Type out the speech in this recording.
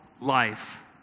life